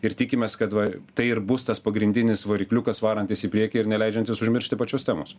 ir tikimės kad va tai ir bus tas pagrindinis varikliukas varantis į priekį ir neleidžiantis užmiršti pačios temos